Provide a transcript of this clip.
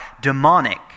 demonic